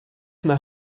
naar